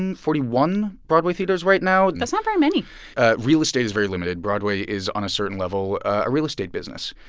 and forty one broadway theaters right now that's not very many real estate is very limited. broadway is, on a certain level, a real estate business.